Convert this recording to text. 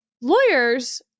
Lawyers